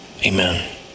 amen